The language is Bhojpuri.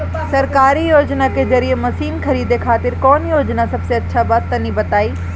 सरकारी योजना के जरिए मशीन खरीदे खातिर कौन योजना सबसे अच्छा बा तनि बताई?